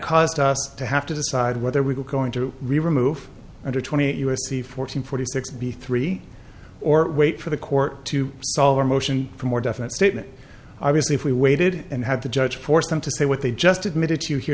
caused us to have to decide whether we're going to remove under twenty eight u s c four hundred forty six b three or wait for the court to solve our motion for more definite statement obviously if we waited and had the judge force them to say what they just admitted to here